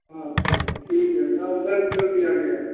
अच्छा ठीक है नाम दर्ज कर दिया गया है